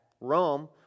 Rome